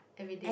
everyday